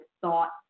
thought